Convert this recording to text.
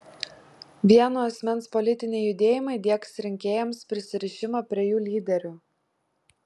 vieno asmens politiniai judėjimai diegs rinkėjams prisirišimą prie jų lyderių